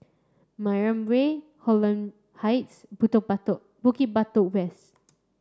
Mariam Way Holland Heights Butok Batok Bukit Batok West